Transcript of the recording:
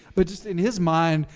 but just in his mind,